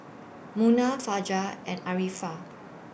Munah Fajar and Arifa